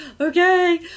okay